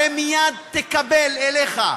הרי מייד תקבל אליך תביעה,